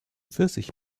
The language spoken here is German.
pfirsich